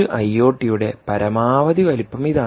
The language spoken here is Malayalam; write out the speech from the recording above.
ഒരു ഐഒടിയുടെ പരമാവധി വലിപ്പം ഇതാണ്